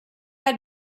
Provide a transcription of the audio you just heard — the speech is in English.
had